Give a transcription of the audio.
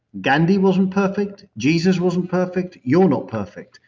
gandhi wasn't perfect. jesus wasn't perfect. you're not perfect.